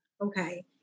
okay